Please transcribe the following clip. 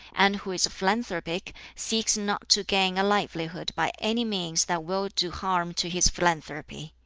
and who is philanthropic, seeks not to gain a livelihood by any means that will do harm to his philanthropy.